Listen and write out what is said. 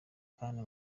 kandi